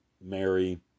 Mary